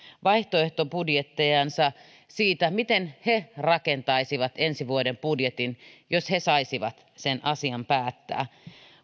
vaihtoehtobudjettejansa siitä miten he rakentaisivat ensi vuoden budjetin jos he saisivat sen asian päättää